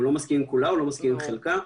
הוא לא מסכים עם כולה או לא מסכים עם חלקה.